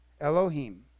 Elohim